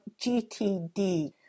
gtd